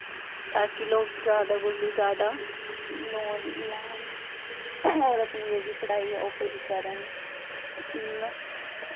तां कि लोग जैदा कोला जैदा लोन लैन होर अपनी जेह्ड़ी पढ़ाई ओह् पूरी करन हून